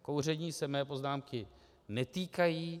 Kouření se mé poznámky netýká.